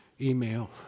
email